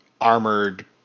armored